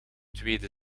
tweede